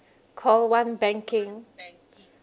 call one banking